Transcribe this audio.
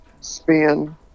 spin